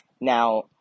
Now